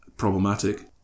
problematic